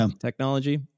technology